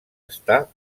està